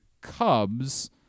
Cubs